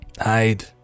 Hide